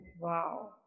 Wow